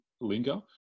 linger